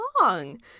long